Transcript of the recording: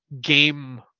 game